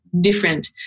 different